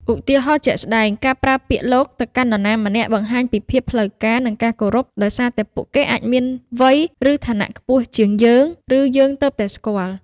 ឧទាហរណ៍ជាក់ស្តែង ការប្រើពាក្យ លោក ទៅកាន់នរណាម្នាក់បង្ហាញពីភាពផ្លូវការ និងការគោរព ដោយសារតែពួកគេអាចមានវ័យ ឬឋានៈខ្ពស់ជាងយើង ឬយើងទើបតែស្គាល់។